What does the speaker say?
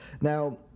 Now